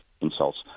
insults